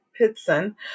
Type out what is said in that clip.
Pitson